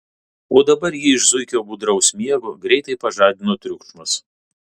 o dabar jį iš zuikio budraus miego greitai pažadino triukšmas